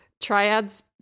triads